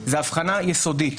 זה הבחנה יסודית